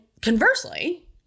conversely